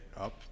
up